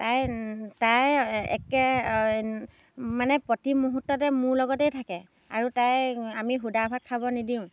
তাই তাই একে মানে প্ৰতি মুহূৰ্ততে মোৰ লগতেই থাকে আৰু তাইক আমি শুদা ভাত খাব নিদিওঁ